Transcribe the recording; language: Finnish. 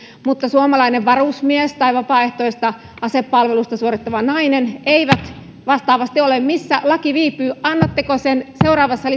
mutta suomalainen varusmies tai vapaaehtoista asepalvelusta suorittava nainen eivät vastaavasti ole missä laki viipyy annatteko sen seuraavassa